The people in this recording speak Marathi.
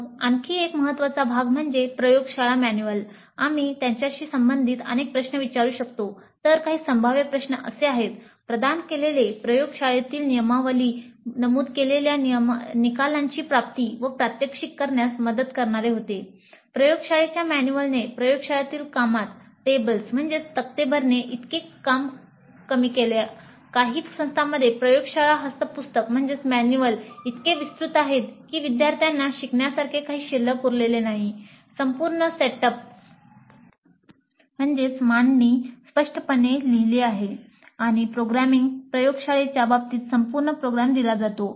मग आणखी एक महत्त्वाचा भाग म्हणजे प्रयोगशाळा मॅन्युअल मॅन्युअलमध्ये तपशीलवार असतात